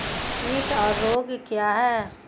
कीट और रोग क्या हैं?